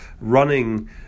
running